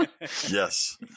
Yes